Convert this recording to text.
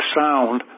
sound